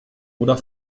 oder